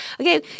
Okay